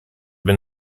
been